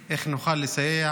איך נוכל לסייע,